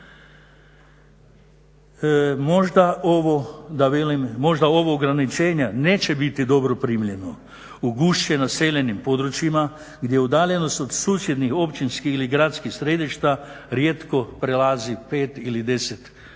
Možda ovo ograničenje neće biti dobro primljeno, ugušeno naseljenim područjima gdje je udaljenost od susjednih općinskih ili gradskih središta rijetko prelazi 5 ili 10km.